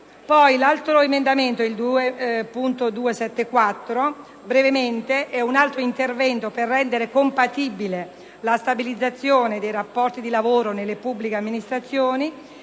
L'emendamento 2.274 contiene un altro intervento per rendere compatibile la stabilizzazione dei rapporti di lavoro nelle pubbliche amministrazioni